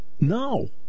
No